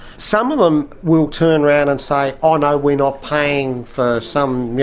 some of them will turn round and say, oh no, we're not paying for some,